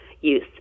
use